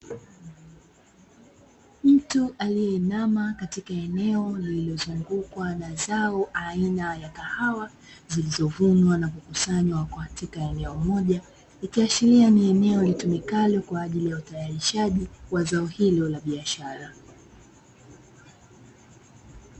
Mtu aliyeinama katika eneo lililozungukwa na zao aina ya kahawa zinavunwa na kukusanywa katika eneo moja, ikiashiria ni eneo litumikalo kwa ajili ya utayarishaji wa zao hilo la biashara.